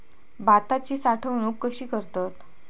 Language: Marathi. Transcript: भाताची साठवूनक कशी करतत?